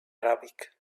arabic